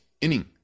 inning